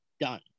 done